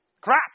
Crap